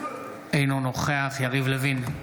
אינו נוכח יריב לוין,